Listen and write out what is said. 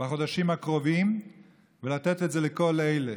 בחודשים הקרובים ולתת את זה לכל אלה,